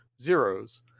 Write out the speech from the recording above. zeros